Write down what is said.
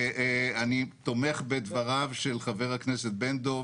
ואני תומך בדבריו של חבר הכנסת פינדרוס